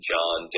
John